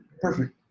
Perfect